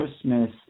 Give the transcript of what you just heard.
Christmas